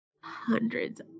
hundreds